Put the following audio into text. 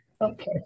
Okay